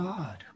God